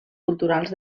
culturals